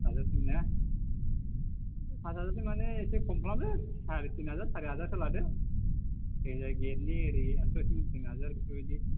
pass हाजारसिम ना पास हाजारसिम माने एसे खम खालामदो साराय टिन हाजार सारि हाजारसो लादो ओरै गेटनि ओरै टिन हाजार बेफोरबायदि